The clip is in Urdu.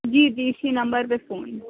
جی جی اسی نمبر پہ فون